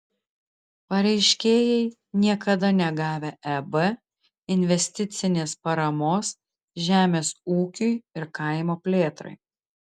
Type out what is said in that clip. pareiškėjai niekada negavę eb investicinės paramos žemės ūkiui ir kaimo plėtrai